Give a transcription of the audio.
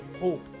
hope